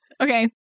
Okay